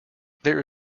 there